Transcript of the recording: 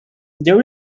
there